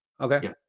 okay